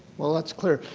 well, that's clear.